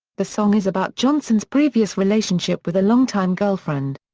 the song is about johnson's previous relationship with a longtime girlfriend.